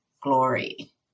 glory